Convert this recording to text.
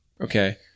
okay